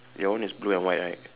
your one is blue and white right